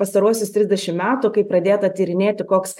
pastaruosius trisdešim metų kai pradėta tyrinėti koks